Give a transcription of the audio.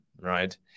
right